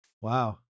Wow